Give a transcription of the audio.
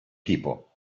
people